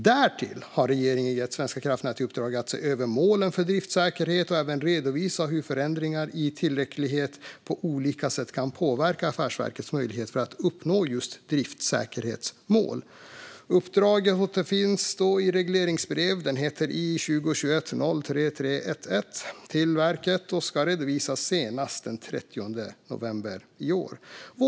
Därtill har regeringen gett Svenska kraftnät i uppdrag att se över målen för driftsäkerhet och även redovisa hur förändringar i tillräcklighet på olika sätt kan påverka affärsverkets möjligheter att uppnå just driftsäkerhetsmål. Uppdragen återfinns i regleringsbrev I2021/03311 till verket och ska redovisas senast den 30 november i år.